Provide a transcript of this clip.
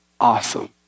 awesome